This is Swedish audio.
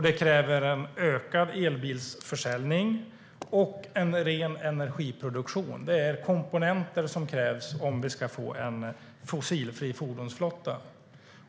Det kräver en ökad elbilsförsäljning och en ren energiproduktion. Det är komponenter som krävs om vi ska få en fossilfri fordonsflotta.